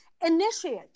Initiate